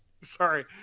Sorry